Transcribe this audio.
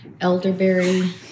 elderberry